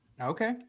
Okay